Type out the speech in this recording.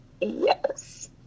Yes